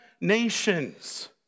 nations